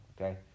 okay